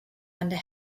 under